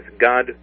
God